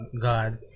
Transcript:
God